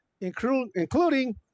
including